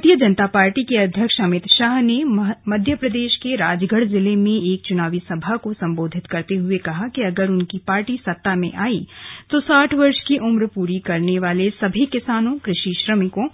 भारतीय जनता पार्टी के अध्यक्ष अमित शाह ने मध्य प्रदेश के राजगढ़ जिले में एक चुनावी सभा को संबोधित करते हुए कहा कि अगर उनकी पार्टी सत्ता में आई तो साठ वर्ष की उम्र पूरी करने वाले सभी किसानों कृषि श्रमिकों